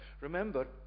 remember